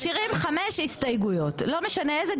משאירים חמש הסתייגויות, לא משנה איזה.